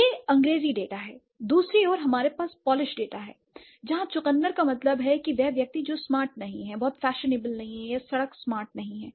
ये अंग्रेजी डेटा हैं दूसरी ओर हमारे पास पोलिश डेटा है जहां चुकंदर का मतलब है कि वह व्यक्ति जो बहुत स्मार्ट नहीं है बहुत फैशनेबल नहीं है और सड़क स्मार्ट नहीं है